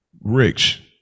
Rich